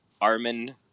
Armin